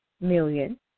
million